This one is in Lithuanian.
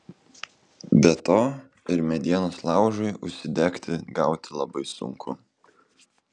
be to ir medienos laužui užsidegti gauti labai sunku